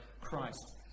Christ